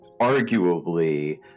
arguably